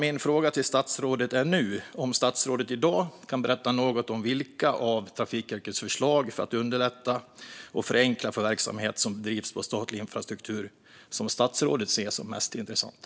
Min fråga till statsrådet är nu om statsrådet i dag kan berätta något om vilka av Trafikverkets förslag för att underlätta och förenkla för verksamhet som bedrivs på statlig infrastruktur som han ser som mest intressanta.